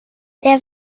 wer